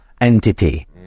entity